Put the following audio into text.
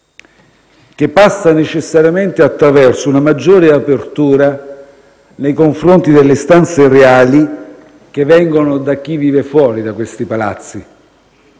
che passa necessariamente attraverso una maggiore apertura nei confronti delle istanze reali che vengono da chi vive fuori da questi Palazzi.